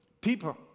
people